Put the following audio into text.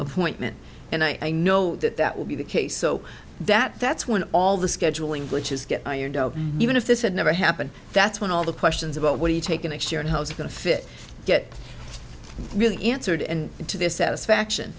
appointment and i know that that will be the case so that that's when all the scheduling glitches get even if this had never happened that's when all the questions about what do you take the next year and how it's going to fit get really answered and to this satisfaction